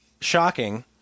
shocking –